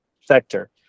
sector